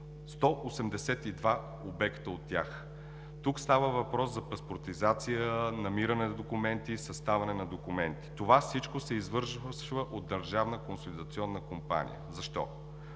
182 обекта от тях. Тук става въпрос за паспортизация, намиране на документи и съставяне на документи. Това всичко се извършва от Държавната консолидационна компания. Защо?